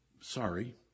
Sorry